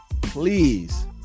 please